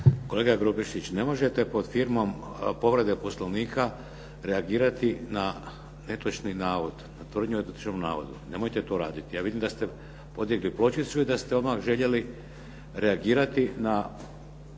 Kolega Grubišić, ne možete pod firmom povrede poslovnika reagirati na netočan navod, na tvrdnju o netočnom navodu. Nemojte to raditi. Ja vidim da ste podigli pločicu i da ste odmah željeli reagirati na